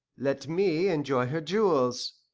let me enjoy her jewels.